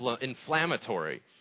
inflammatory